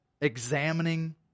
examining